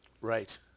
Right